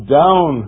down